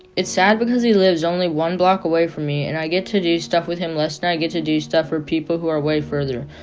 it's sad because he lives only one block away from me, and i get to do stuff with him less than i get to do stuff with people who are way further.